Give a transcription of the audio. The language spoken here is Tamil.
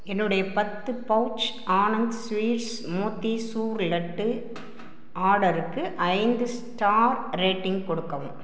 என்னுடைய பத்து பவுச் ஆனந்த் ஸ்வீட்ஸ் மோத்திசூர் லட்டு ஆர்டருக்கு ஐந்து ஸ்டார் ரேட்டிங் கொடுக்கவும்